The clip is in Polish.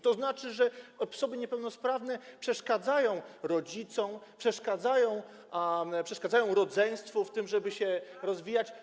To znaczy, że osoby niepełnosprawne przeszkadzają rodzicom, przeszkadzają rodzeństwu w tym, żeby się rozwijać.